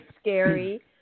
scary